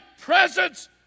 presence